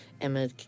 Emma